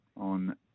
on